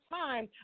time